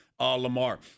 Lamar